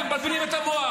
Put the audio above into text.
אתם מבלבלים את המוח,